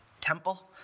temple